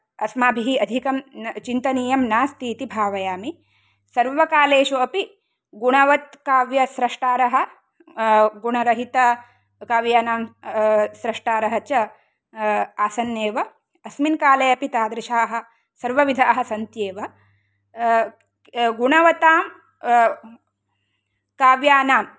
अस्माभिः अधिकं न् चिन्तनीयं नास्ति इति भावयामि सर्वकालेषु अपि गुणवत् काव्यसृष्टारः गुणरहितकाव्यानां सृष्टारः च आसन्नेव अस्मिन् काले अपि तादृशाः सर्वविधाः सन्ति एव गुणवत्तां काव्यानां